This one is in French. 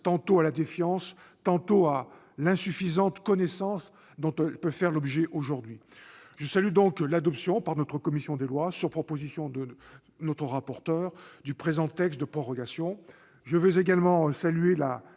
tantôt à la défiance, tantôt à l'insuffisante connaissance dont elle peut faire l'objet aujourd'hui. Je salue donc l'adoption par notre commission des lois, sur proposition de notre rapporteur, du présent texte de prorogation. Je veux également saluer la